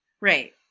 Right